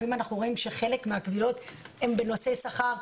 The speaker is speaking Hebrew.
ואם אנחנו רואים שחלק מהקבילות הן בנושאי שכר,